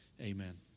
amen